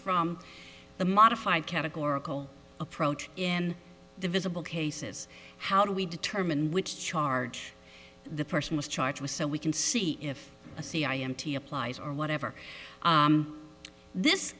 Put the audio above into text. from the modified categorical approach in the visible cases how do we determine which charge the person was charged with so we can see if a c i m t applies or whatever this